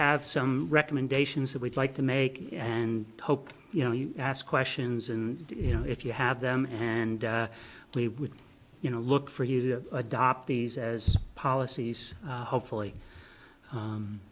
have some recommendations that we'd like to make and hope you know you ask questions and you know if you have them and we you know look for you to adopt these as policies hopefully